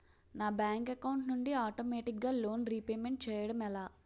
నా bank account నుండి ఆటోమేటిగ్గా లోన్ రీపేమెంట్ చేయడం ఎలా?